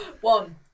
One